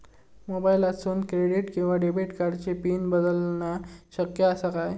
मोबाईलातसून क्रेडिट किवा डेबिट कार्डची पिन बदलना शक्य आसा काय?